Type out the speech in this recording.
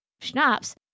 schnapps